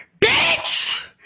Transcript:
Bitch